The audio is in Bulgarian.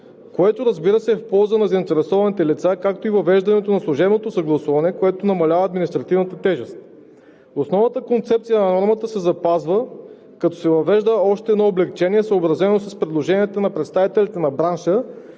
което, разбира се, е в полза на заинтересованите лица, както и въвеждането на служебното съгласуване, което намалява административната тежест. Основната концепция на нормата се запазва, като се въвежда още едно облекчение, съобразено с предложенията на представителите на бранша,